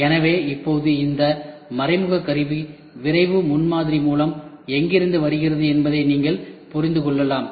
எனவே இப்போது இந்த மறைமுக கருவி விரைவு முன்மாதிரி மூலம் எங்கிருந்து வருகிறது என்பதை நீங்கள் புரிந்து கொள்ளலாம்